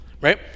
right